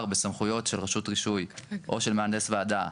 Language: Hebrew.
בסמכויות של רשות רישוי או של מהנדס ועדה,